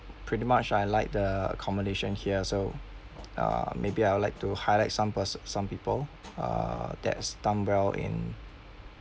pretty much I like the accommodation here so uh maybe I would like to highlight some pers~ some people uh that's done well in